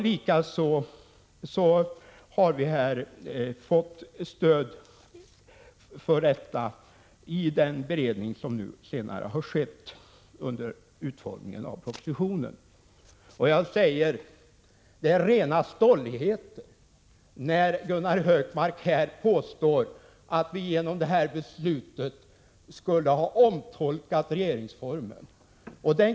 Analysen har dessutom stöd av den beredning som har skett under utformningen av propositionen. Det är rena stolligheterna, när Gunnar Hökmark här påstår att vi genom detta beslut skulle omtolka regeringsformen.